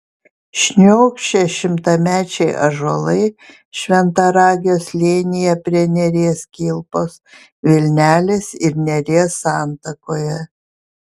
šniokščia šimtamečiai ąžuolai šventaragio slėnyje prie neries kilpos vilnelės ir neries santakoje